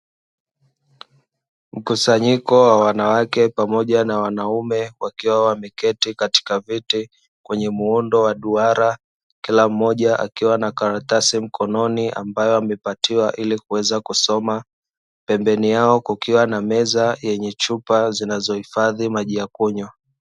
Mkusanyiko wa wanawake pamoja na wanaume, wakiwa wameketi katika viti kwenye muundo wa duara, kila mmoja akiwa na karatasi mkononi ambayo amepatiwa ili kuweza kusoma, pembeni yao kukiwa na meza yenye chupa zinazohifadhi maji ya kunywa.